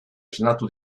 esnatu